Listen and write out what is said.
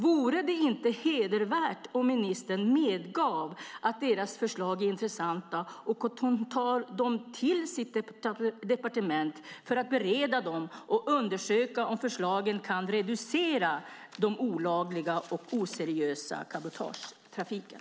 Vore det inte hedervärt om ministern medgav att deras förslag är intressanta och att hon tar dem till sitt departement för att bereda dem och undersöka om förslagen kan reducera den olagliga och oseriösa cabotagetrafiken?